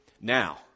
Now